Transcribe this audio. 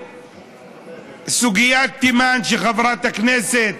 בסוגיית תימן, שחברת הכנסת